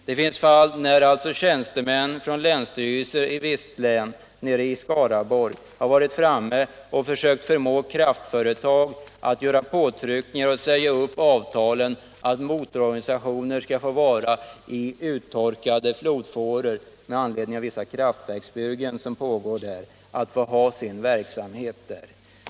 Det har också förekommit att tjänstemän från länsstyrelsen i ett annat län, nämligen Skaraborg, genom påtryckningar försökt förmå kraftföretag att säga upp avtal som innebär att motororganisationer för sin verksamhet får utnyttja uttorkade flodfåror, som frilagts i samband med pågående kraftverksbyggen.